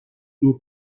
دور